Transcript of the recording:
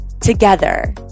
together